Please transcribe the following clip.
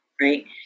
Right